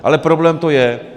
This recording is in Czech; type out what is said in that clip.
Ale problém to je.